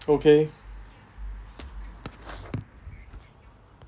okay